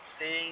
seeing